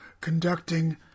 conducting